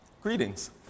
Greetings